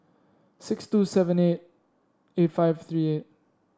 six two seven eight eight five three eight